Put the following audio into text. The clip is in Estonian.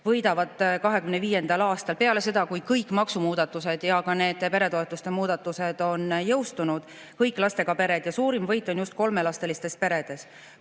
võidavad 2025. aastal peale seda, kui kõik maksumuudatused ja ka need peretoetuste muudatused on jõustunud, kõik lastega pered, ja suurim võit on just kolmelapselistes peredes.